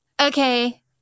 okay